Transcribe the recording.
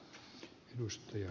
arvoisa puhemies